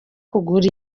kugura